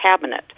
cabinet